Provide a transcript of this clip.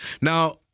Now